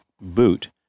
boot